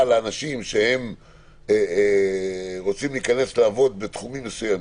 לאנשים שרוצים להיכנס לעבוד בתחומים מסוימים,